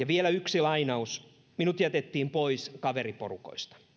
vielä yksi lainaus minut jätettiin pois kaveriporukoista